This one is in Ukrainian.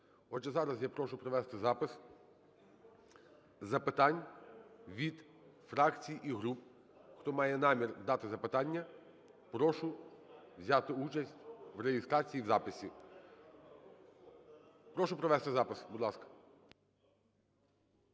Отже, зараз я прошу провести запис запитань від фракцій і груп. Хто має намір дати запитання, прошу взяти участь у реєстрації і в записі. Прошу провести запис, будь ласка.